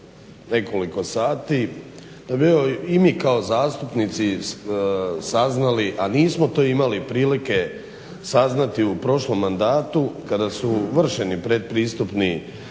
nekoliko sati, da bi evo i mi kao zastupnici saznali, a nismo to imali prilike saznati u prošlom mandatu kada su vršeni pretpristupni